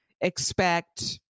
expect